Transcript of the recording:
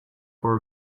for